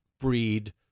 breed